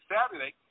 Saturday